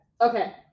okay